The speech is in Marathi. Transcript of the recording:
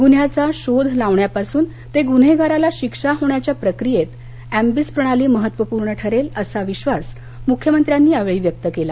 गुन्ह्यांचा शोध लावण्यापासून ते गुन्हेगाराला शिक्षा होण्याच्या प्रक्रियेत एम्बिस प्रणाली महत्त्वपूर्ण ठरेल असा विश्वास मुख्यमंत्र्यांनी यावेळी व्यक्त केला